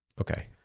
Okay